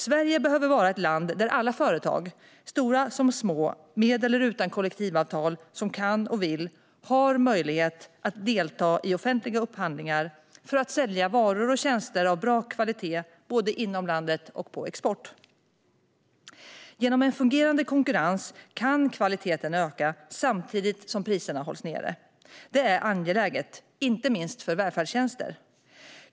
Sverige behöver vara ett land där alla företag - stora som små, med eller utan kollektivavtal, som kan och vill - har möjlighet att delta i offentliga upphandlingar för att sälja varor och tjänster av bra kvalitet både inom landet och på export. Genom en fungerande konkurrens kan kvaliteten öka samtidigt som priserna hålls nere. Det är angeläget, inte minst för välfärdstjänster.